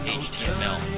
html